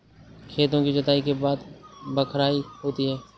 खेती की जुताई के बाद बख्राई होती हैं?